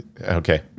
okay